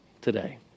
today